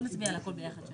נצביע על הכול ביחד.